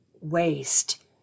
waste